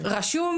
רשום